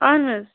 اہَن حظ